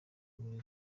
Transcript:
muri